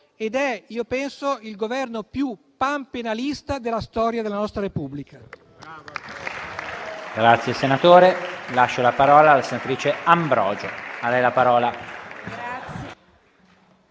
ed è, io penso, il Governo più panpenalista della storia della nostra Repubblica.